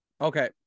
Okay